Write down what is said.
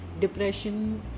Depression